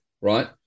right